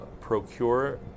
procure